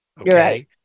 okay